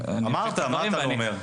אמרת, מה אתה לא אומר?